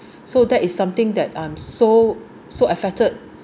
so that is something that I'm so so affected